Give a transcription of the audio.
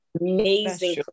amazing